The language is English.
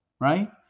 right